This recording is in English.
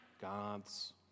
God's